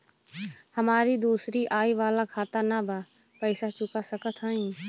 हमारी दूसरी आई वाला खाता ना बा पैसा चुका सकत हई?